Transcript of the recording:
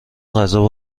غذا